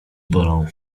bolą